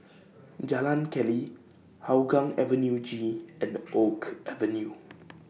Jalan Keli Hougang Avenue G and Oak Avenue